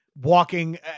walking